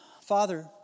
Father